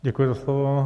Děkuji za slovo.